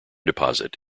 deposit